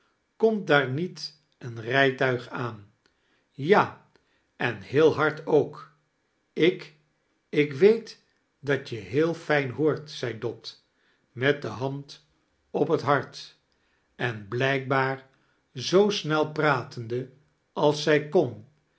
komt daar niet een rijtuig aan ja en heel hard ook ik ik weet dat je heel fijn hoort zei dot met de hand op het hart en blijkbaar zoo snel pratende als zij kon